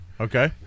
Okay